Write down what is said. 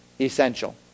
essential